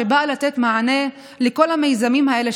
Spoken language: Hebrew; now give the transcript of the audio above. שבאה לתת מענה לכל המיזמים האלה,